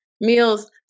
meals